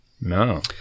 No